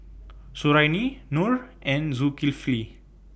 Suriani Noh and Zulkifli